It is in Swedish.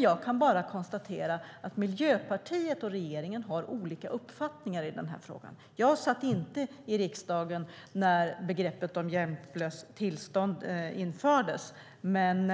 Jag kan konstatera att Miljöpartiet och regeringen har olika uppfattning i denna fråga. Jag satt inte i riksdagen när "hjälplöst tillstånd" infördes, men